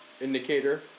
indicator